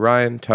Ryan